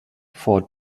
for